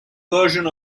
version